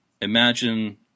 Imagine